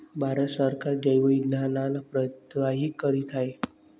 भारत सरकार जैवइंधनांना प्रोत्साहित करीत आहे